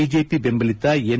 BJP ಬೆಂಬಲಿತ N